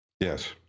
Yes